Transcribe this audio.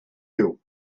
you